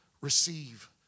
receive